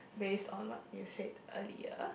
based on what you said earlier